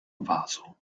vaso